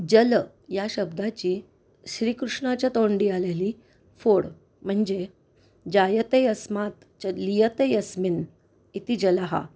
जल या शब्दाची श्रीकृष्णाच्या तोंडी आलेली फोड म्हणजे जायते अस्मात च लियतेत अस्मिन इति जल